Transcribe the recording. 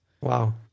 Wow